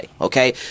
Okay